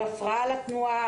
על הפרעה לתנועה,